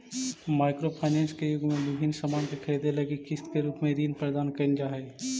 micro finance के युग में विभिन्न सामान के खरीदे लगी किस्त के रूप में ऋण प्रदान कईल जा हई